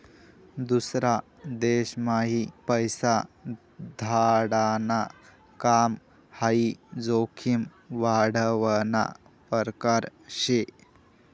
दूसरा देशम्हाई पैसा धाडाण काम हाई जोखीम वाढावना परकार शे